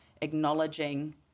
acknowledging